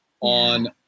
on